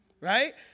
right